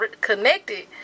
connected